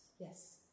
Yes